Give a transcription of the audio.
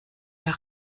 der